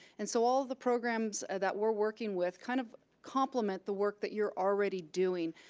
and so all of the programs that we're working with, kind of complement the work that you're already doing.